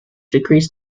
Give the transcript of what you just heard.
decrease